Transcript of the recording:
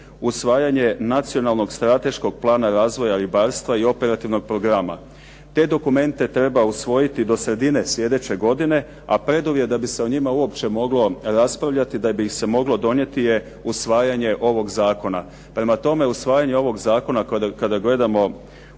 usvajanje nacionalnog strateškog plana razvoja ribarstva i operativnog programa. Te dokumente treba usvojiti do sredine sljedeće godine, a preduvjet da bi se o njima uopće moglo raspravljati, da bi ih se moglo donijeti je usvajanje ovog zakona. Prema tome, usvajanje ovog zakona kada gledamo